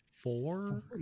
Four